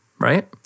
right